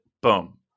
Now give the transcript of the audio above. Boom